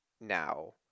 now